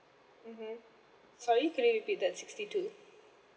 mmhmm sorry can you repeat that sixty two